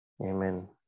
Amen